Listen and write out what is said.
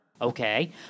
Okay